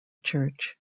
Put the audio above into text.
church